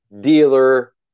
dealer